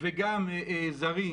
אדוני היושב-ראש,